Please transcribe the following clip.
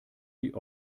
die